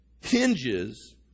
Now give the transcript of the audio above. hinges